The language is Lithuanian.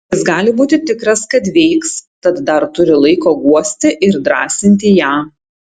jis gali būti tikras kad veiks tad dar turi laiko guosti ir drąsinti ją